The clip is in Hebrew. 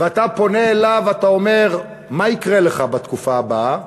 ואתה פונה אליהם ואומר, מה יקרה לך בתקופה הבאה?